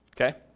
Okay